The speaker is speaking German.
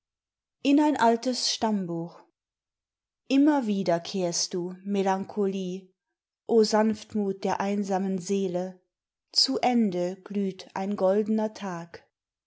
in ein altes stammbuch immer wieder kehrst du melancholie o sanftmut der einsamen seele zu ende glüht ein goldener tag